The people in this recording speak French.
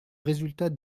résultats